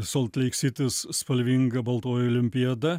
solt leik sitis spalvinga baltoji olimpiada